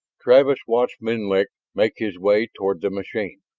travis watched menlik make his way toward the machine,